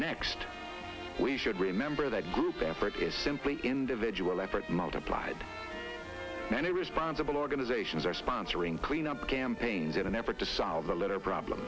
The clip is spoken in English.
next we should remember that group effort is simply individual effort multiplied many responsible organizations are sponsoring cleanup campaigns in an effort to solve a little problem